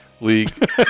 league